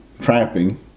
trapping